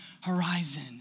horizon